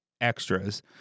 extras